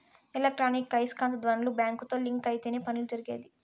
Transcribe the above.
electronic ఐస్కాంత ధ్వనులు బ్యాంకుతో లింక్ అయితేనే పనులు జరిగేది